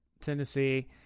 Tennessee